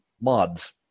mods